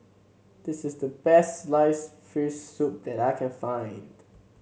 this is the best sliced fish soup that I can find